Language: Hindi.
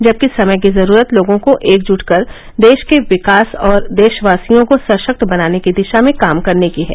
जबकि समय की जरूरत लोगों को एकजुट कर देश के विकास और देशवासियों को सशक्त बनाने की दिशा में काम करने की है